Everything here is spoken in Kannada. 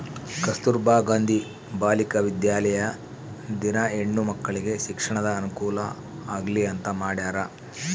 ಕಸ್ತುರ್ಭ ಗಾಂಧಿ ಬಾಲಿಕ ವಿದ್ಯಾಲಯ ದಿನ ಹೆಣ್ಣು ಮಕ್ಕಳಿಗೆ ಶಿಕ್ಷಣದ ಅನುಕುಲ ಆಗ್ಲಿ ಅಂತ ಮಾಡ್ಯರ